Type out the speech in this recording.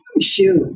shoes